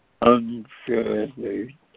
unfairly